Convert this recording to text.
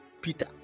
Peter